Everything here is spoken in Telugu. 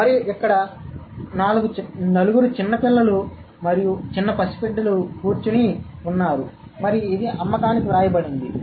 మరియు ఇక్కడ 4 చిన్న పిల్లలు మరియు చిన్న పసిబిడ్డలు కూర్చుని ఉన్నారు మరియు ఇది అమ్మకానికి వ్రాయబడింది